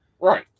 Right